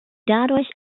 dadurch